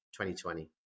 2020